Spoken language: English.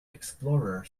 explorer